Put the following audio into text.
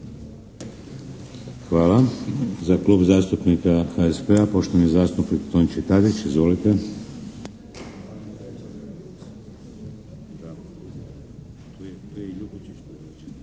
Hvala. Za Klub zastupnika HSP-a poštovani zastupnik Tonči Tadić, izvolite.